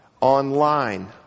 online